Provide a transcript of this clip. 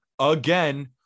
again